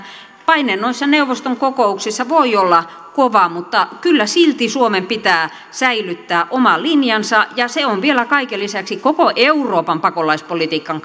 paine noissa neuvoston kokouksissa voi olla kova mutta kyllä silti suomen pitää säilyttää oma linjansa ja se on vielä kaiken lisäksi koko euroopan pakolaispolitiikan